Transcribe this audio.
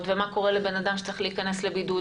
ומה קורה לאדם שצריך להיכנס לבידוד,